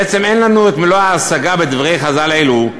בעצם אין לנו מלוא ההשגה בדברי חז"ל אלו,